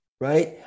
Right